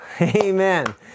Amen